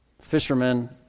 fishermen